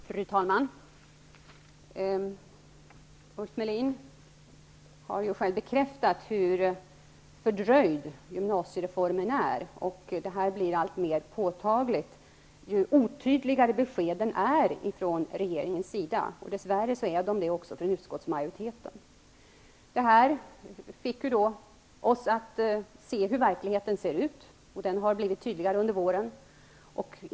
Fru talman! Ulf Melin har själv bekräftat hur fördröjd gymnasiereformen är, och detta blir alltmer påtagligt ju otydligare beskeden är från regeringens sida. Dess värre gäller detta också utskottsmajoritetens besked. Det här fick oss att se hur verkligheten ser ut, och det har blivit tydligare under våren.